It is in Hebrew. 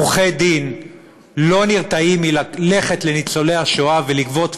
עורכי-דין לא נרתעים מללכת לניצולי השואה ולגבות